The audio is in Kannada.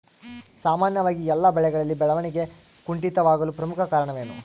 ಸಾಮಾನ್ಯವಾಗಿ ಎಲ್ಲ ಬೆಳೆಗಳಲ್ಲಿ ಬೆಳವಣಿಗೆ ಕುಂಠಿತವಾಗಲು ಪ್ರಮುಖ ಕಾರಣವೇನು?